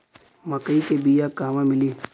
मक्कई के बिया क़हवा मिली?